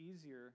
easier